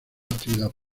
actividad